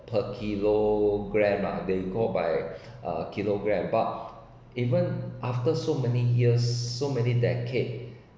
per kilogram lah they go by uh kilogram but even after so many years so many decade